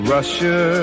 Russia